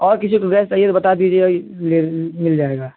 और किसी को गैस चाहिए तो बता दीजिएगा कि ले मिल जाएगा